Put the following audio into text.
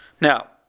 Now